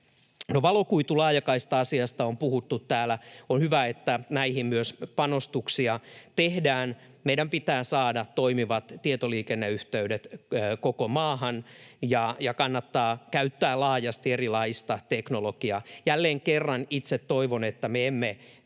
valokuitulaajakaista-asiasta on puhuttu täällä. On hyvä, että myös näihin panostuksia tehdään. Meidän pitää saada toimivat tietoliikenneyhteydet koko maahan, ja kannattaa käyttää laajasti erilaista teknologiaa. Jälleen kerran itse toivon, että me emme